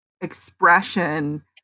expression